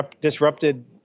disrupted